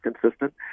consistent